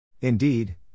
Indeed